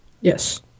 Yes